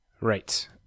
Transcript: Right